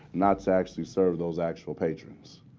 not to actually serve those actual patrons.